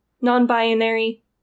non-binary